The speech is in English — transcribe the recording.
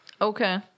Okay